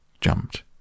jumped